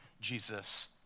Jesus